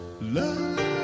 love